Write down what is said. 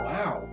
Wow